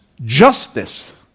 justice